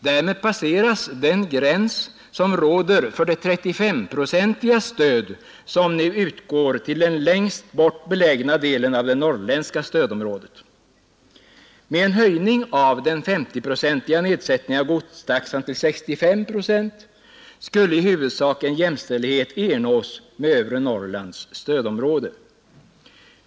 Därmed passeras den gräns som gäller för det 35-procentiga stöd som nu utgår till den längst bort belägna delen av det norrländska stödområdet. Med en höjning av den föreslagna S0-procentiga nedsättningen av godstaxan till 65 procent skulle i huvudsak en jämställighet ernås med övre Norrlands stödområde.